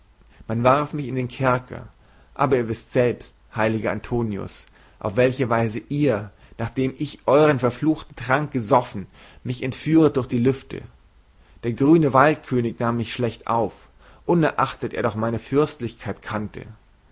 man warf mich in den kerker aber ihr wißt selbst heiliger antonius auf welche weise ihr nachdem ich euern verfluchten trank gesoffen mich entführtet durch die lüfte der grüne waldkönig nahm mich schlecht auf unerachtet er doch meine fürstlichkeit kannte